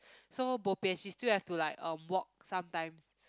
so bo pian she still have to like um walk sometime